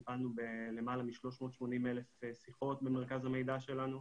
אנחנו טיפלנו בלמעלה מ-380,000 שיחות במרכז למידע שלנו,